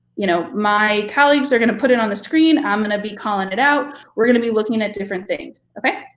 you know my colleagues are gonna put it on the screen. i'm gonna be calling it out. we're gonna be looking at different things. okay,